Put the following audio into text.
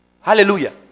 Hallelujah